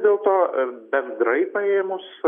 dėl to bendrai paėmus